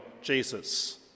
Jesus